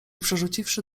przerzuciwszy